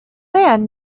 man